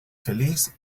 feliz